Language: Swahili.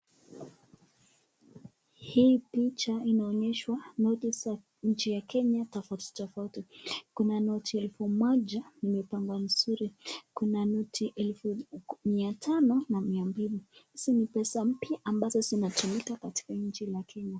Hii picha inaonyeshwa noti za nchi ya kenya tofauti tofauti kuna noti elfu moja imepangwa mzuri, kuna noti elfu mia tano na mia mbili. Hii ni pesa mpya ambazo zinatumika katika nchi la Kenya.